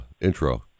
intro